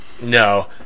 No